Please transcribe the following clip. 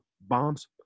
bombs